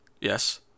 Yes